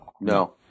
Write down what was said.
No